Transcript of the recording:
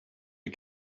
you